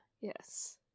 yes